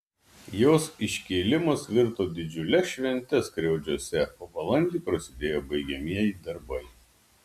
jos iškėlimas virto didžiule švente skriaudžiuose o balandį prasidėjo baigiamieji darbai